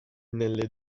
nelle